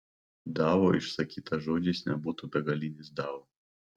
dao išsakytas žodžiais nebūtų begalinis dao